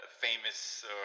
Famous